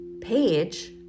page